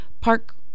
park